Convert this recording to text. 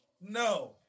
No